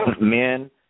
Men